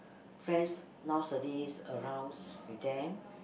friends nowadays arounds with them